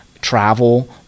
travel